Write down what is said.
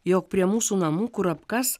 jog prie mūsų namų kurapkas